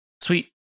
Sweet